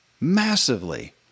massively